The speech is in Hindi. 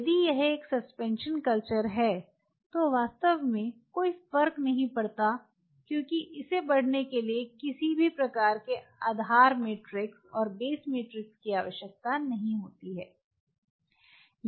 यदि यह एक सस्पेंशन कल्चर है तो वास्तव में कोई फर्क नहीं पड़ता क्योंकि इसे बढ़ने के लिए किसी भी प्रकार के आधार मैट्रिक्स की आवश्यकता नहीं होती है